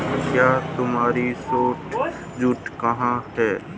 क्या तुम्हारा सूट जूट का है?